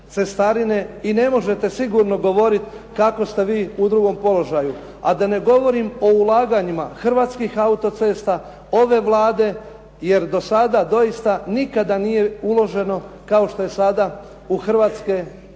i ne možete sigurno govoriti kako ste vi u drugom položaju, a da ne govorim o ulaganjima Hrvatskih autocesta, ove Vlade. Jer do sada doista nikada nije uloženo kao što je sada u Hrvatske autoceste,